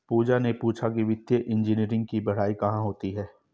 पूजा ने पूछा कि वित्तीय इंजीनियरिंग की पढ़ाई कहाँ होती है?